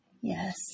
yes